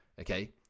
okay